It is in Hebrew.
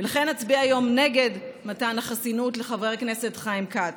ולכן נצביע היום נגד מתן החסינות לחבר הכנסת חיים כץ.